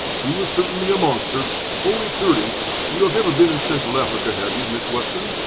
he was certainly a monster fully thirty you have never been in central africa, have you, miss weston?